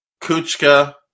Kuchka